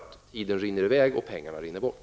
Tiden rinner iväg och pengarna rinner bort.